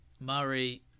Murray